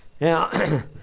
now